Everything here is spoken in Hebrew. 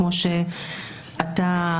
כמו שאתה,